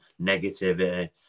Negativity